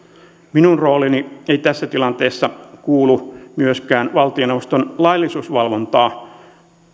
minun rooliini ei tässä tilanteessa kuulu myöskään valtioneuvoston laillisuusvalvontaa